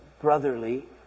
brotherly